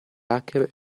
hacker